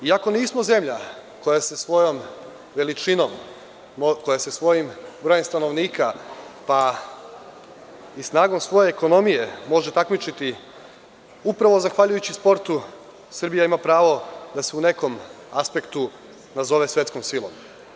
I ako nismo zemlja koja se svojom veličinom, koja se svojim brojem stanovnika i snagom svoje ekonomije može takmičiti, upravo zahvaljujući sportu Srbija ima pravo da se u nekom aspektu nazove svetskom silom.